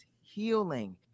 healing